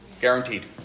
Guaranteed